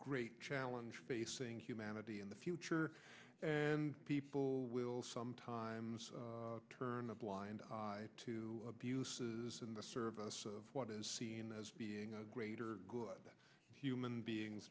great challenge facing humanity in the future and people will sometimes turn a blind eye to abuses in the service of what is seen as being a greater good that human beings